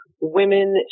women